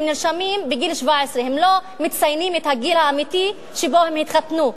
הם נרשמים בגיל 17. הם לא מציינים את הגיל האמיתי שבו הם התחתנו.